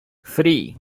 three